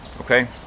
okay